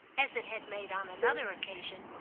as it had made on another occasion,